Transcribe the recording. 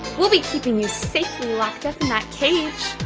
we'll be keeping you safely locked up in that cage.